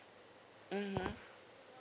mmhmm